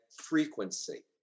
frequency